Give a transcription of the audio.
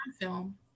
film